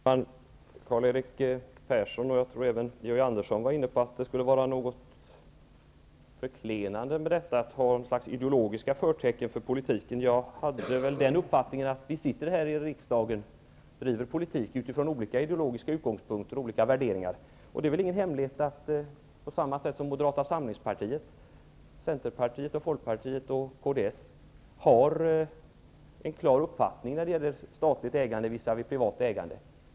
Fru talman! Karl-Erik Persson och även Georg Andersson uttalade sig förklenande om ideologiska förtecken i politiken. Jag har den uppfattningen att vi här i riksdagen driver politik från olika utgångspunkter och värderingar. Det är väl ingen hemlighet att Moderata samlingspartiet, Folkpartiet, Centerpartiet och kds har en klar uppfattning när det gäller statligt ägande visavi privat ägande.